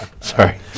Sorry